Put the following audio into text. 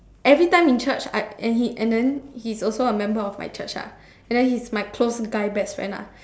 everytime in church I and he and then he's also a member of my church lah and then he's my close guy best friend lah